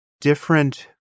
different